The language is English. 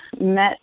met